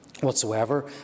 whatsoever